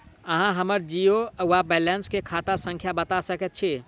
अहाँ हम्मर जीरो वा बैलेंस केँ खाता संख्या बता सकैत छी?